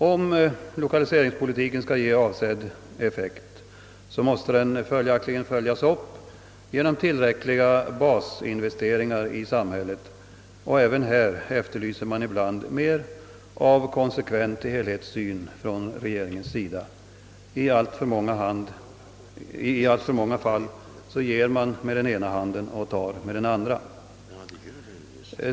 Om lokaliseringspolitiken skall ge avsedd effekt, måste den följaktligen följas upp genom tillräckliga basinvesteringar i samhället, och även här efterlyser man ibland mer av konsekvent helhetssyn från regeringens sida. I alltför många fall ger man med ena handen och tar tillbaka med den andra.